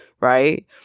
right